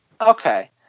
okay